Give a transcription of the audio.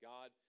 God